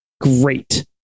Great